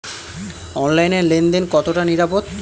অনলাইনে লেন দেন কতটা নিরাপদ?